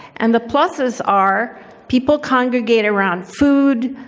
and the pluses are people congregate around food,